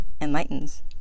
enlightens